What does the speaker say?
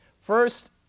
first